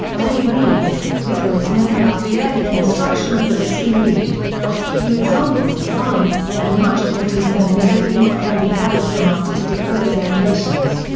early reeds little is known about the early construction of the bassoon reed, as few examples survive, and much of what is known is only what can be gathered from artistic representations.